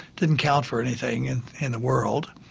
didn't count for anything and in the world.